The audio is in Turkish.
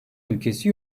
ülkesi